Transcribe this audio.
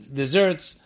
desserts